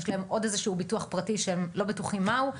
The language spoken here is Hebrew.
יש להם עוד איזשהו ביטוח פרטי שהם לא בטוחים מהו,